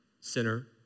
sinner